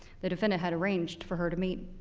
the defendant had arranged for her to meet.